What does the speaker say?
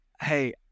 hey